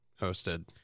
hosted